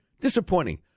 Disappointing